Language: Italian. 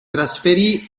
trasferì